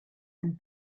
and